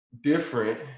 different